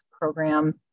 programs